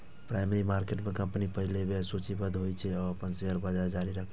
primary market में company पहिल बेर सूचीबद्ध होइ छै आ अपन शेयर जारी करै छै